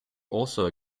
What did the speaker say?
also